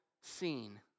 seen